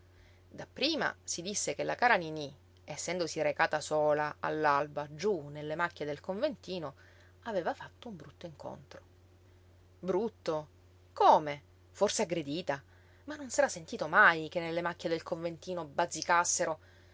accaduto dapprima si disse che la cara niní essendosi recata sola all'alba giú nelle macchie del conventino aveva fatto un brutto incontro brutto come forse aggredita ma non s'era sentito mai che nelle macchie del conventino